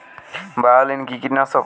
বায়োলিন কি কীটনাশক?